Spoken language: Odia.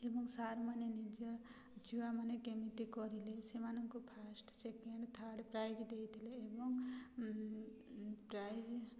ଏବଂ ସାର୍ମାନେ ନିଜ ଛୁଆମାନେ କେମିତି କରିଲେ ସେମାନଙ୍କୁ ଫାଷ୍ଟ୍ ସେକେଣ୍ଡ୍ ଥାର୍ଡ଼୍ ପ୍ରାଇଜ୍ ଦେଇଥିଲେ ଏବଂ ପ୍ରାଇଜ୍